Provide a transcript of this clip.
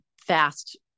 fast